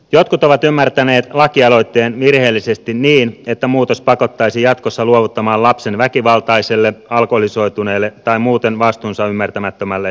jotkut ovat ymmärtäneet lakialoitteen virheellisesti niin että muutos pakottaisi jatkossa luovuttamaan lapsen väkivaltaiselle alkoholisoituneelle tai muuten vastuunsa ymmärtämättömälle vanhemmalle